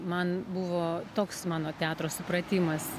man buvo toks mano teatro supratimas